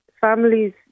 families